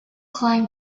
climbed